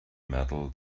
metal